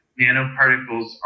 nanoparticles